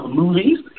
movies